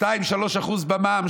2%-3% במע"מ,